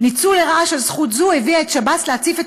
"ניצול לרעה של זכות זו הביא את שב"ס להציף את